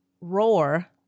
roar